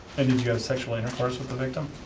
and did you have sexual intercourse with the victim?